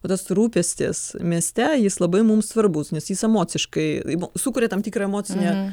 o tas rūpestis mieste jis labai mums svarbus nes jis emociškai sukuria tam tikrą emocinę